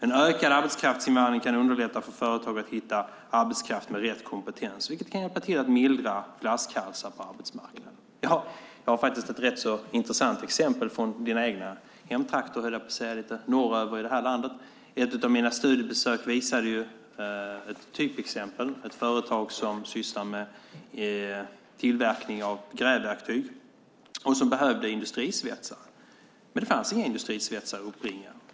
En ökad arbetskraftsinvandring kan underlätta för företag att hitta arbetskraft med rätt kompetens, vilket kan hjälpa till att mildra flaskhalsar på arbetsmarknaden. Jag har faktiskt ett ganska intressant exempel från dina egna hemtrakter lite norröver i det här landet. Ett av mina studiebesök visade ett typexempel. Det var ett företag som sysslade med tillverkning av grävverktyg som behövde industrisvetsare. Det fanns inga industrisvetsare att uppbringa.